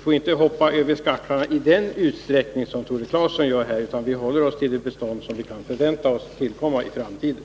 får inte hoppa över skaklarna i den utsträckning som Tore Claeson gör här, utan vi måste hålla oss till det bestånd som vi kan förvänta oss tillkommer i framtiden.